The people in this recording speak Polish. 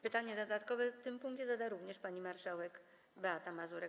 Pytanie dodatkowe w tym punkcie zada również pani marszałek Beata Mazurek.